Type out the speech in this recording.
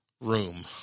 room